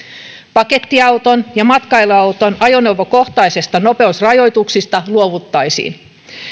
pakettiauton ja matkailuauton ajoneuvokohtaisista nopeusrajoituksista luovuttaisiin